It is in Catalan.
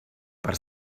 per